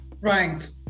Right